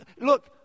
Look